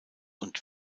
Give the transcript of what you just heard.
und